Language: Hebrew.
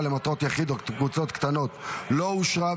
למטרות יחיד או קבוצות קטנות לא אושרה,